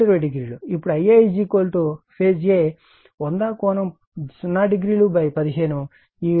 ఇప్పుడు Ia phase a 100∠0015 ఈ విలువ 6